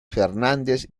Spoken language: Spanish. fernández